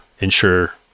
ensure